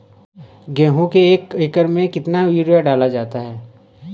गेहूँ के एक एकड़ में कितना यूरिया डाला जाता है?